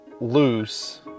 loose